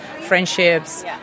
friendships